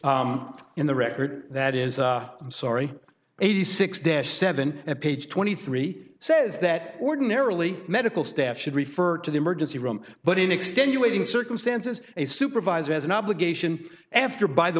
in the record that is i'm sorry eighty six dash seven and page twenty three says that ordinarily medical staff should refer to the emergency room but in extenuating circumstances a supervisor has an obligation after by the